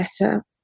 better